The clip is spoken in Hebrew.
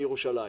מירושלים.